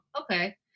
okay